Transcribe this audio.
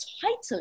title